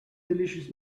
delicious